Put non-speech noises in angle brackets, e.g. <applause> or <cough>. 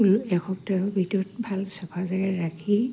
<unintelligible> এসপ্তাহৰ ভিতৰত ভাল চাফা জাগাত ৰাখি